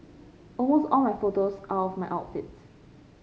almost all my photos are of my outfits